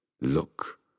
Look